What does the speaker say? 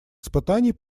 испытаний